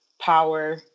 power